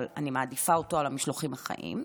אני מעדיפה אותו על המשלוחים החיים,